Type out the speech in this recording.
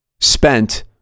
spent